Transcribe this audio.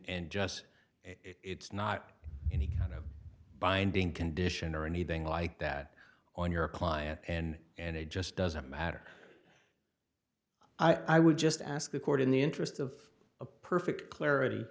just it's not any kind of binding condition or anything like that on your client and and it just doesn't matter i would just ask the court in the interest of a perfect clarity